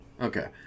Okay